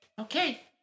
Okay